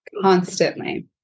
constantly